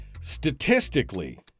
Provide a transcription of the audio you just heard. statistically